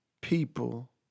people